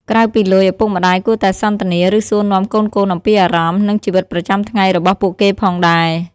ក្រៅពីលុយ ឪពុកម្តាយគួរតែសន្ទនា ឬសួរនាំកូនៗអំពីអារម្មណ៍ និងជីវិតប្រចាំថ្ងៃរបស់ពួកគេផងដែរ។